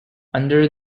under